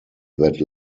that